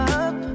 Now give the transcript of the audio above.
up